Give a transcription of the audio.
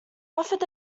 offered